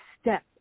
step